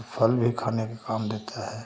फल भी खाने के काम देता है